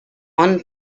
one